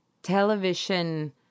television